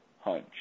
hunch